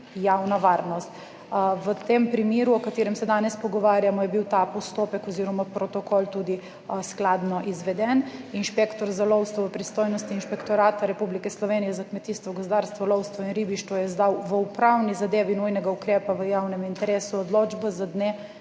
javna varnost. V tem primeru, o katerem se danes pogovarjamo, je bil ta postopek oziroma protokol tudi skladno izveden. Inšpektor za lovstvo v pristojnosti Inšpektorata Republike Slovenije za kmetijstvo, gozdarstvo, lovstvo in ribištvo je izdal v upravni zadevi nujnega ukrepa v javnem interesu odločbo z dne